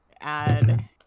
add